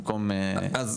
אנחנו